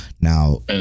Now